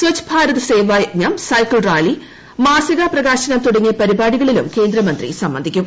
സ്വച്ഛ ഭാരത് സേവായജ്ഞം cycle rally മാസികാ പ്രകാശനം തുടങ്ങിയ പരിപാടികളിലും കേന്ദ്രമന്ത്രി സംബന്ധിക്കും